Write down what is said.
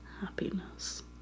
happiness